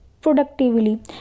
productively